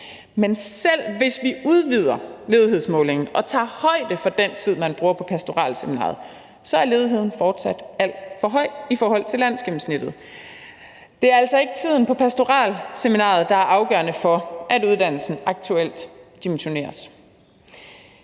Men selv hvis vi udvider ledighedsmålingen og tager højde for den tid, man bruger på pastoralseminariet, er ledigheden fortsat alt for høj i forhold til landsgennemsnittet. Det er altså ikke tiden på pastoralseminariet, der er afgørende for, at uddannelsen aktuelt dimensioneres.